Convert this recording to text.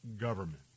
government